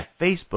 Facebook